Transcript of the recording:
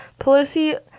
Pelosi